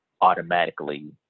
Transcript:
automatically